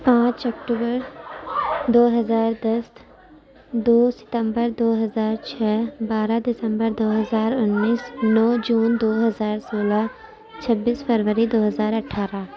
پانچ اکتوبر دو ہزار دست دو ستمبر دو ہزار چھ بارہ دسمبر دو ہزار انیس نو جون دو ہزار سولہ چھبیس فروری دو ہزار اٹھارہ